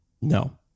No